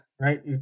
Right